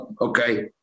Okay